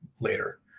later